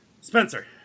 Spencer